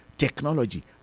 technology